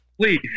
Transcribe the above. please